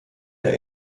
der